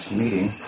meeting